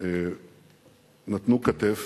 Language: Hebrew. נתנו כתף